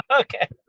okay